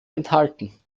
enthalten